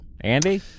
Andy